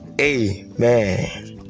amen